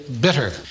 bitter